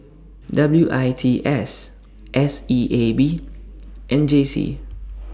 W I T S S E A B and J C